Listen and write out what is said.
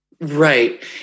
Right